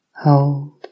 hold